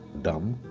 dumb,